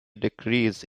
decrease